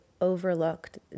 overlooked